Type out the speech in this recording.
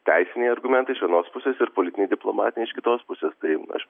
teisiniai argumentai iš vienos pusės ir politiniai diplomatiniai iš kitos pusės tai aš